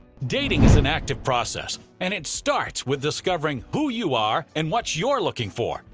dating is an active process, and it starts with discovering who you are and what you're looking for.